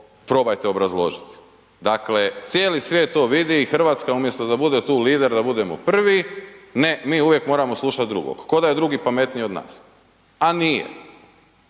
probajte obrazložiti. Dakle, cijeli svijet to vidi i RH umjesto da bude tu lider, da budemo prvi, ne mi uvijek moramo slušat drugog koda je drugi pametniji od nas, a nije,